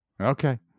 Okay